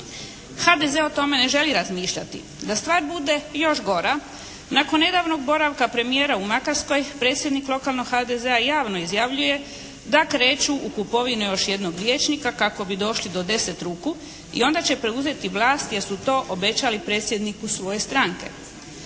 HDZ o tome ne želi razmišljati. Da stvar bude još gora nakon nedavno boravka premijera u Makarskoj predsjednik lokalnog HDZ-a javno izjavljuje da kreću u kupovinu jednog vijećnika kako bi došli do deset ruku i onda će preuzeti vlasti jer su to obećali predsjedniku svoje stranke.